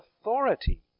authority